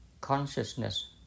consciousness